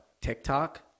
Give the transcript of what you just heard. TikTok